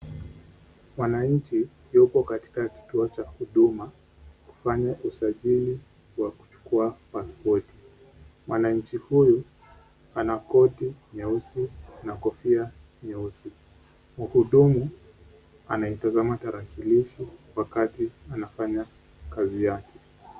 Wananchi, wako katika kituo cha huduma wanafanya usajili wa kuchukua pasipoti. Mwananchi huyu ana koti nyeusi na kofia nyeusi. Mhudumu anaitazama tarakilishi wakati anafanya kazi yake.